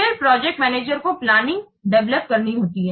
फिर project manager को planning develop करनी होती है